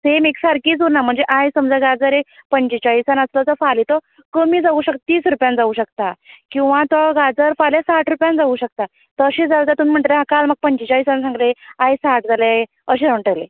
same एकसारकीच उरना म्हणजे आयज समजा गाजर एक पंचेचाळीसान आसलो जाल्यार फाल्यां तो कमी जावूंक शकता तीस रूपयान जावूंत शकता किंवा तो गाजर फाल्यां साठ रूपयान जावूंक शकता तशें जाल्यार तुमी म्हणटले काल म्हाका पंचेचाळीस सांगिल्ले आयज साठ जाले अशें म्हणटली